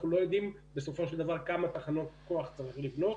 ואנחנו לא יודעים בסופו של דבר כמה תחנות כוח צריך לבנות,